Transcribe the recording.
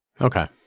Okay